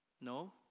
No